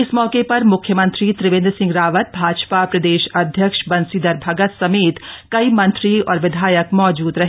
इस मौके पर मुख्यमंत्री त्रिवेन्द्र सिंह रावत भाजपा प्रदेश अध्यक्ष बंशीधर भगत समेत कई मंत्री और विधायक मौजूद रहे